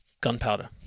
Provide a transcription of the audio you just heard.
Gunpowder